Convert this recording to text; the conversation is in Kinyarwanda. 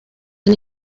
ane